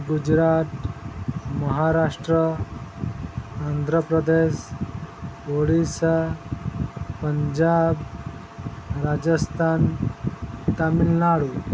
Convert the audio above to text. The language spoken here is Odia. ଗୁଜୁରାଟ ମହାରାଷ୍ଟ୍ର ଆନ୍ଧ୍ରପ୍ରଦେଶ ଓଡ଼ିଶା ପଞ୍ଜାବ ରାଜସ୍ଥାନ ତାମିଲନାଡ଼ୁ